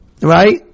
right